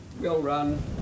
well-run